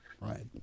right